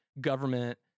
government